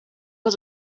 was